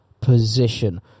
position